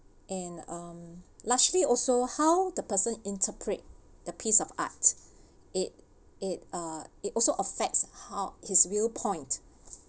and um largely also how the person interprets the piece of art it it uh it also affects how his viewpoint